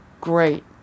great